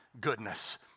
goodness